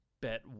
bet